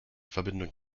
verbindung